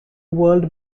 world